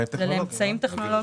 זה לאמצעים טכנולוגיים.